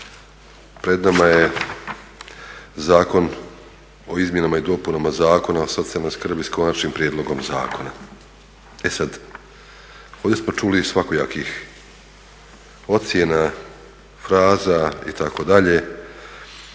Pred nama je Zakon o izmjenama i dopunama Zakona o socijalnoj skrbi s konačnim prijedlogom zakona. E sad, ovdje smo čuli svakojakih ocjena, fraza itd.